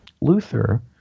Luther